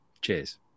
Cheers